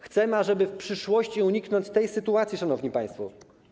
Chcemy, ażeby w przyszłości uniknąć tej sytuacji, szanowni państwo.